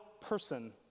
person